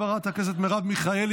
חברת הכנסת מרב מיכאלי,